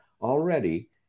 already